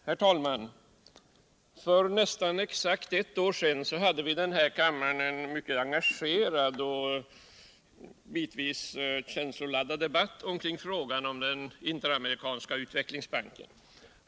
Herr talman! För nästan exakt ett år sedan hade vi i den här kammaren en mycket engagerad och bitvis känsloladdad debatt i frågan om den Interamerikanska utvecklingsbanken.